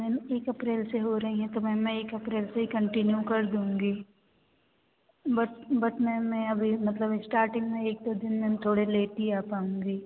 ma'am एक अप्रैल से हो रही है तो मैं एक अप्रैल से ही कंटिन्यू कर दूँगी बट बट मैम मैं अभी मतलब स्टार्टिंग में एक दो दिन मैम थोड़े लेट ही आ पाऊँगी